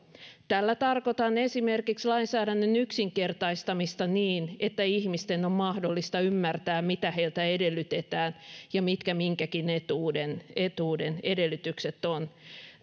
tällä tarkoitan esimerkiksi lainsäädännön yksinkertaistamista niin että ihmisten on mahdollista ymmärtää mitä heiltä edellytetään ja mitkä minkäkin etuuden etuuden edellytykset ovat